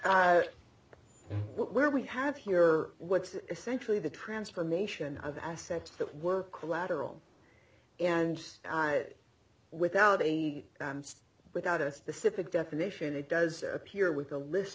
but where we have here what's essentially the transformation of assets that were collateral and without a without a specific definition it does appear with a list